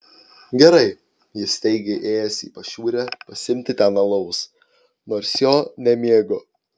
gerai jis teigė ėjęs į pašiūrę pasiimti ten alaus nors jo nemėgo